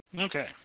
Okay